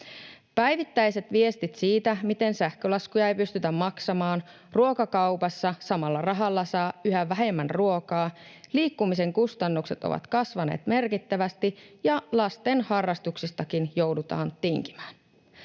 Päivittäiset viestit kertovat siitä, miten sähkölaskuja ei pystytä maksamaan, ruokakaupassa samalla rahalla saa yhä vähemmän ruokaa, liikkumisen kustannukset ovat kasvaneet merkittävästi ja lasten harrastuksistakin joudutaan tinkimään.